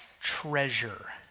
treasure